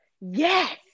yes